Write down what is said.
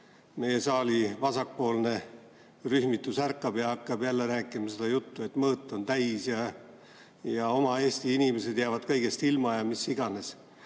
meie saali vasakpoolne rühmitus ärkab ja hakkab jälle rääkima seda juttu, et mõõt on täis ja oma Eesti inimesed jäävad kõigest ilma ja mis iganes.